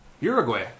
Uruguay